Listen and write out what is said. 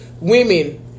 women